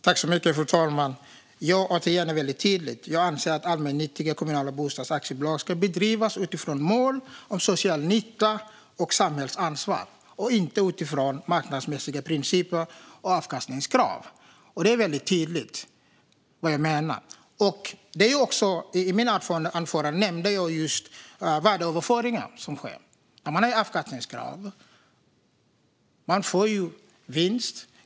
Fru talman! Jag anser att allmännyttiga kommunala bostadsaktiebolag ska drivas utifrån mål om social nytta och samhällsansvar och inte utifrån marknadsmässiga principer och avkastningskrav. Det är väldigt tydligt vad jag menar. I mitt anförande nämnde jag just de värdeöverföringar som sker. Man har avkastningsvinst, och man får ju vinst.